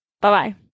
Bye-bye